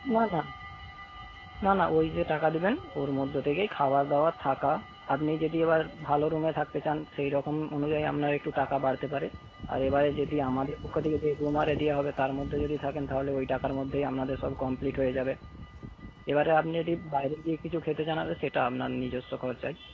না না না না ওই যে টাকা দেবেন ওর মধ্যে থেকেই খাওয়া দাওয়া থাকা আপনি যদি এবার ভালো রুমে থাকতে চান সেইরকম অনুযায়ী আপনার একটু টাকা বাড়তে পারে আর এবারে যদি আমাদের পক্ষ থেকে যে রুম আর ইয়ে দেওয়া হবে তার মধ্যে যদি থাকেন তাহলে ওই টাকার মধ্যেই আপনাদের সব কমপ্লিট হয়ে যাবে এবারে আপনি যদি বাইরে গিয়ে কিছু খেতে চান সেটা আপনার নিজস্ব খরচায়